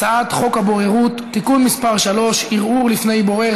הצעת חוק הבוררות (תיקון מס' 3) (ערעור לפני בורר),